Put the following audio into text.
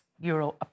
euro